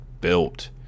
built